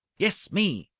yes, me!